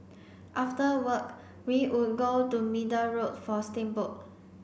after work we would go to Middle Road for steamboat